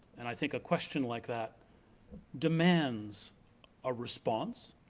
and i think a question like that demands a response.